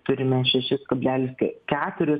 turime šešis kablelis keturis